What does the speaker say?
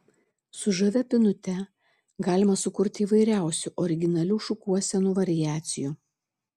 su žavia pynute galima sukurti įvairiausių originalių šukuosenų variacijų